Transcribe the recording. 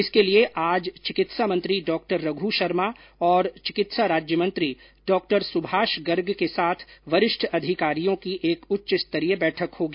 इसके लिए आज चिकित्सा मंत्री डॉ रघ् शर्मा तथा चिकित्सा राज्यमंत्री डॉ सुभाष गर्ग के साथ वरिष्ठ अधिकारियों की एक उच्चस्तरीय बैठक होगी